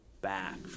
back